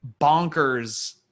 bonkers